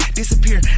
disappear